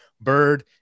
Bird